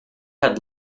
had